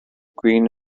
queen